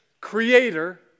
creator